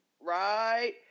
right